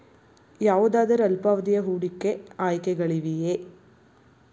ಯಾವುದಾದರು ಅಲ್ಪಾವಧಿಯ ಹೂಡಿಕೆ ಆಯ್ಕೆಗಳಿವೆಯೇ?